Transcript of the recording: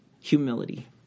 Humility